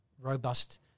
robust